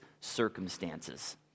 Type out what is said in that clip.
circumstances